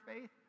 faith